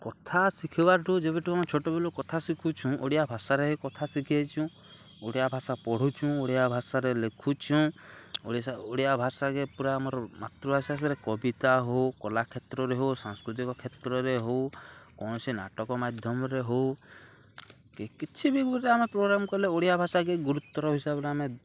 କଥା ଶିଖିବାଠୁ ଯେବେଠୁ ଆମେ ଛୋଟ ବେଳୁ କଥା ଶିଖୁଛୁଁ ଓଡ଼ିଆ ଭାଷାରେ କଥା ଶିଖିଆଇଛୁଁ ଓଡ଼ିଆ ଭାଷା ପଢ଼ୁଛୁଁ ଓଡ଼ିଆ ଭାଷାରେ ଲେଖୁଛୁଁ ଓଡ଼ିଶା ଓଡ଼ିଆ ଭାଷାକେ ପୁରା ଆମର୍ ମାତୃଭାଷାରେ କବିତା ହଉ କଲା କ୍ଷେତ୍ରରେ ହଉ ସାଂସ୍କୃତିକ କ୍ଷେତ୍ରରେ ହଉ କୌଣସି ନାଟକ ମାଧ୍ୟମରେ ହଉ କି କିଛି ବି ଗୁଟେ ଆମେ ପ୍ରୋଗ୍ରାମ୍ କଲେ ଓଡ଼ିଆ ଭାଷାକେ ଗୁରୁତ୍ୱର ହିସାବ୍ରେ ଆମେ